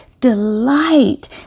delight